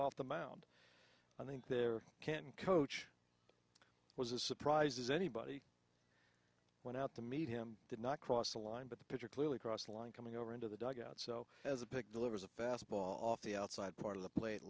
off the mound i think there can coach was a surprise as anybody went out to meet him did not cross the line but the pitcher clearly crossed the line coming over into the dugout so as a pick delivers a fastball off the outside part of the plate